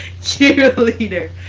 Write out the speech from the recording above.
cheerleader